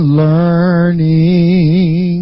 learning